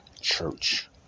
church